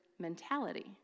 mentality